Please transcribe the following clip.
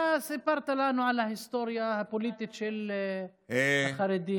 אתה סיפרת לנו על ההיסטוריה הפוליטית של החרדים.